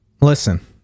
Listen